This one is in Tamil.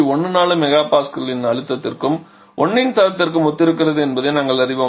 14 MPa இன் அழுத்தத்திற்கும் 1 இன் தரத்திற்கும் ஒத்திருக்கிறது என்பதை நாங்கள் அறிவோம்